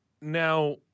now